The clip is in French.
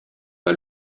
pas